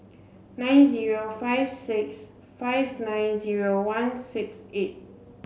nine zero five six five nine zero one six eight